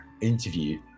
interview